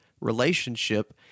relationship